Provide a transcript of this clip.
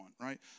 right